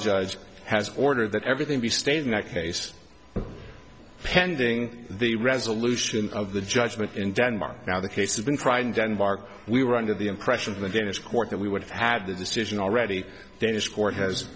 judge has ordered that everything be stayed in that case pending the resolution of the judgment in denmark now the case has been crying denmark we were under the impression the danish court that we would have had the decision already danish court has